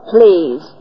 Please